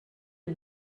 est